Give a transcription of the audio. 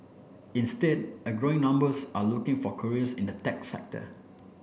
instead a growing numbers are looking for careers in the tech sector